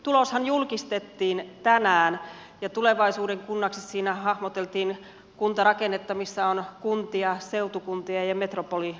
tuloshan julkistettiin tänään ja tulevaisuuden kunnaksi siinä hahmoteltiin kuntarakennetta missä on kuntia seutukuntia ja metropolialueita